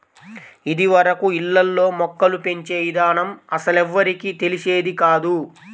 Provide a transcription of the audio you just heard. ఇదివరకు ఇళ్ళల్లో మొక్కలు పెంచే ఇదానం అస్సలెవ్వరికీ తెలిసేది కాదు